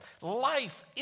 life